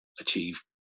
achieve